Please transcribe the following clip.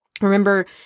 Remember